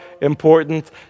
important